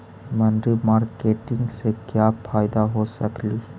मनरी मारकेटिग से क्या फायदा हो सकेली?